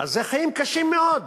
אלה חיים קשים מאוד.